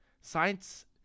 Science